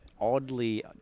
oddly